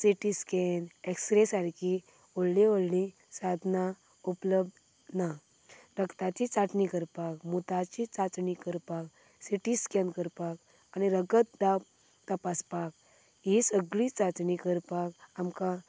city scan X ray सारकी व्हडलीं व्हडलीं साधनां उपलब्द ना रक्ताची चाचणी करपाक मुताची चाचणी करपाक सिटीस्केन करपाक आनी रगत तपासपाक ही सगळी चाचणी करपाक आमकां